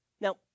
Now